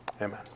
amen